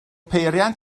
peiriant